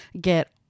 get